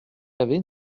avait